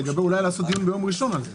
אולי לעשות דיון ביום ראשון על זה.